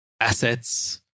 assets